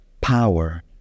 power